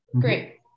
Great